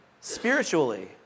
spiritually